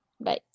Bye